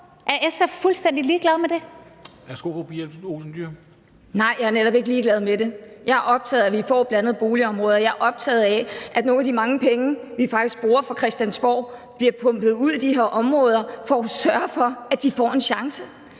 Pia Olsen Dyhr (SF): Nej, jeg er netop ikke ligeglad med det. Jeg er optaget af, at vi får blandede boligområder, og jeg er optaget af, at nogle af de mange penge, vi faktisk bruger fra Christiansborg, bliver pumpet ud i de her områder, så vi sørger for, at de får en chance,